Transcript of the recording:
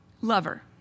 lover